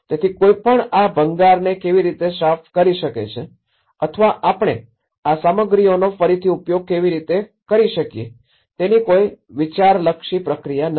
તેથી કોઈ પણ આ ભંગારને કેવી રીતે સાફ કરી શકે છે અથવા આપણે આ સામગ્રીઓનો ફરીથી ઉપયોગ કેવી રીતે કરી શકીએ તેની કોઈ વિચારલક્ષી પ્રક્રિયા નથી